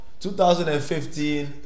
2015